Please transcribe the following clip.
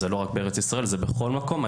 זה לא רק בארץ ישראל אלא בכל מקום.